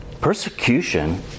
Persecution